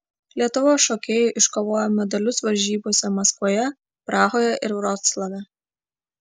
lietuvos šokėjai iškovojo medalius varžybose maskvoje prahoje ir vroclave